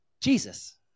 Jesus